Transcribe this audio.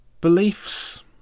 Beliefs